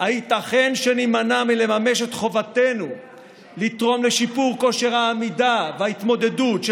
הייתכן שנימנע מלממש את חובתנו לתרום לשיפור כושר העמידה וההתמודדות של